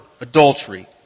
adultery